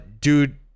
dude